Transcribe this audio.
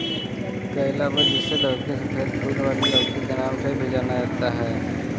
calabash, जिसे लौकी, सफेद फूल वाली लौकी के नाम से भी जाना जाता है